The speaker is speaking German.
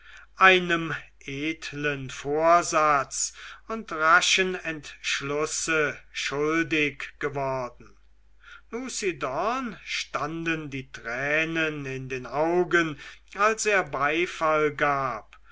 einem edlen vorsatz und raschen entschlusse schuldig geworden lucidorn standen die tränen in den augen als er beifall gab